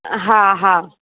हा हा